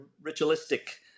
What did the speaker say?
ritualistic